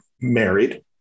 married